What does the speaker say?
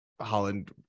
Holland